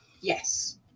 yes